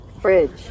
fridge